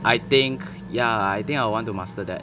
I think ya I think I will want to master that